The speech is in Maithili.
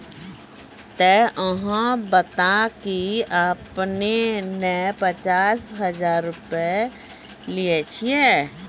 ते अहाँ बता की आपने ने पचास हजार रु लिए छिए?